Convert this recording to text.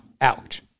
out